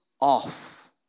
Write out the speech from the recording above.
off